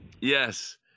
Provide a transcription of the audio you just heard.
yes